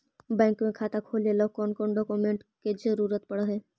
Bank में खाता खोले ल कौन कौन डाउकमेंट के जरूरत पड़ है?